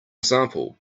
example